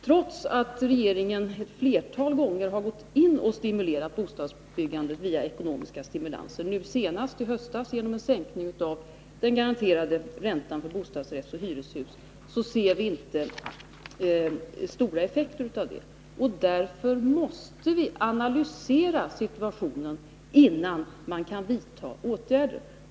Trots att regeringen ett flertal gånger har gått in med ekonomiska stimulanser till bostadsbyggandet — nu senast i höstas genom en sänkning av den garanterade räntan på bostadsrättsoch hyreshus — så ser vi inte stora effekter av det. Därför måste vi analysera situationen innan vi kan vidta åtgärder.